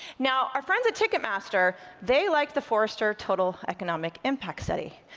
now, our friends at ticketmaster, they like the forrester total economic impact study,